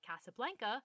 Casablanca